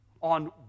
on